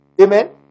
Amen